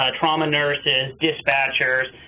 ah trauma nurses, dispatchers,